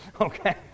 Okay